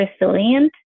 resilient